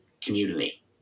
community